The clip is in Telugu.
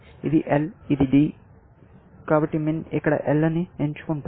ఇది L ఇది D కాబట్టి MIN ఇక్కడ L ని ఎన్నుకుంటుంది